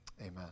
amen